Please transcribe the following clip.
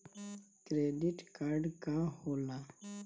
Credit card का होला?